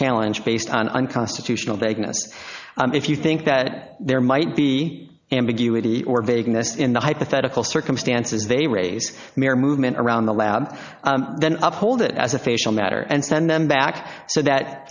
challenge based on unconstitutional they can assess if you think that there might be ambiguity or vagueness in the hypothetical circumstances they raise their movement around the lab then uphold it as a facial matter and send them back so that